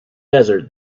desert